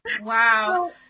Wow